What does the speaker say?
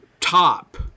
top